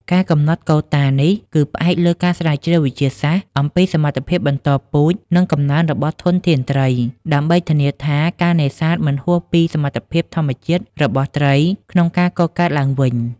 ការកំណត់កូតានេះគឺផ្អែកលើការស្រាវជ្រាវវិទ្យាសាស្ត្រអំពីសមត្ថភាពបន្តពូជ និងកំណើនរបស់ធនធានត្រី ដើម្បីធានាថាការនេសាទមិនហួសពីសមត្ថភាពធម្មជាតិរបស់ត្រីក្នុងការកកើតឡើងវិញ។